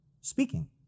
speaking